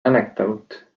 anecdote